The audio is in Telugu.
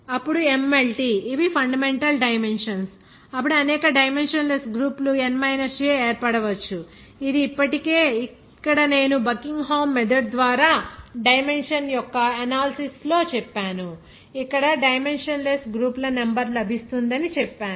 అప్పుడు MLT ఇవి ఫండమెంటల్ డైమెన్షన్స్ అప్పుడు అనేక డైమెన్షన్ లెస్ గ్రూపులు n j ఏర్పడవచ్చు ఇది ఇప్పటికే "ఇక్కడ నేను బకింగ్హామ్ మెథడ్ ద్వారా డైమెన్షన్ యొక్క ఎనాలిసిస్ లో చెప్పాను ఇక్కడ డైమెన్షన్ లెస్ గ్రూపుల నెంబర్ లభిస్తుందని చెప్పాను